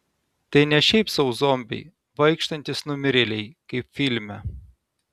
tai ne šiaip sau zombiai vaikštantys numirėliai kaip filme